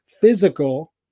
physical